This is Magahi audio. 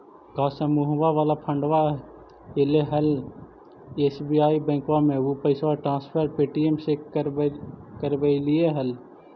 का समुहवा वाला फंडवा ऐले हल एस.बी.आई बैंकवा मे ऊ पैसवा ट्रांसफर पे.टी.एम से करवैलीऐ हल?